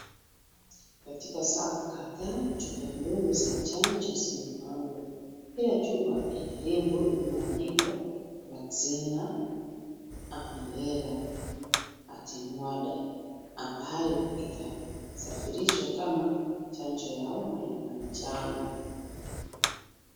Katika safu kadhaa, chupa ndogo za chanjo, zimepangwa, kila lebo iliyoandikwa, (cs)vaccina, amilela, atinguada(cs), ambayo itasafirishwa kama, chanjo ya homa ya manjano,